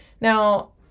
Now